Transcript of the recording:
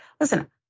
Listen